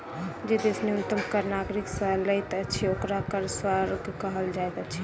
जे देश न्यूनतम कर नागरिक से लैत अछि, ओकरा कर स्वर्ग कहल जाइत अछि